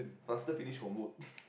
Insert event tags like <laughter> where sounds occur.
faster finish homework <breath>